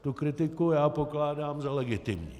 Tu kritiku já pokládám za legitimní.